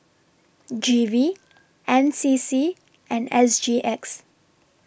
G V N C C and S G X